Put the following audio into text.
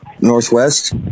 Northwest